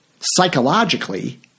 psychologically